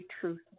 truth